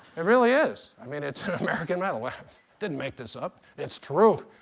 it really is. i mean it's an american metal. i didn't make this up. it's true.